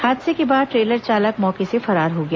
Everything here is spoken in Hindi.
हादसे के बाद ट्रेलर चालक मौके से फरार हो गया